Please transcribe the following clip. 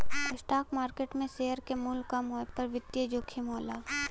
stock market में share क मूल्य कम होये पर वित्तीय जोखिम होला